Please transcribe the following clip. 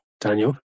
Daniel